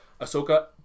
Ahsoka